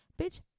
Bitch